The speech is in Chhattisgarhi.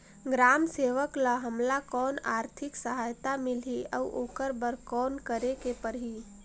ग्राम सेवक ल हमला कौन आरथिक सहायता मिलही अउ ओकर बर कौन करे के परही?